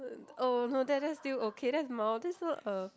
uh oh no that that's still okay that's mild this one uh